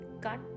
Cut